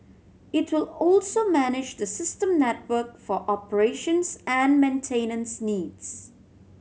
it will also manage the system network for operations and maintenance needs